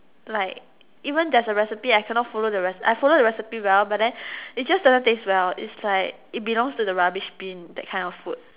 like even there's a recipe I cannot follow the recipe I follow the recipe well but then it just doesn't taste well its like it belongs to the rubbish Bin that kind of food